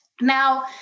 Now